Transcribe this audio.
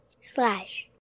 slash